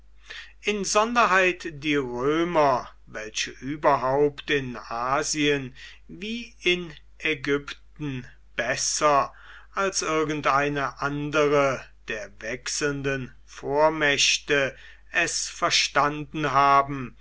insonderheit die römer welche überhaupt in asien wie in ägypten besser als irgendeine andere der wechselnden vormächte es verstanden haben